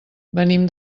venim